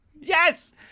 Yes